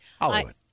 Hollywood